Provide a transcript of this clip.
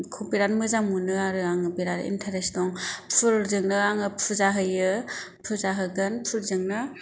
बिराद मोजां मोनो आरो आङो बिराद इन्टारेस दं फुलजोंनो आङो फुजा होयो फुजा होगोन फुलजोंनो